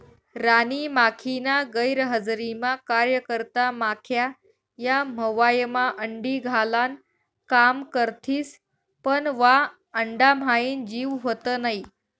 राणी माखीना गैरहजरीमा कार्यकर्ता माख्या या मव्हायमा अंडी घालान काम करथिस पन वा अंडाम्हाईन जीव व्हत नै